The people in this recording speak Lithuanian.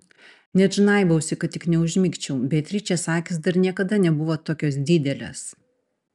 net žnaibausi kad tik neužmigčiau beatričės akys dar niekada nebuvo tokios didelės